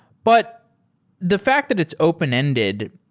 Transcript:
but the fact that it's open-ended,